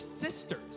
sisters